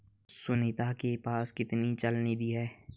सुनीता के पास कितनी चल निधि है?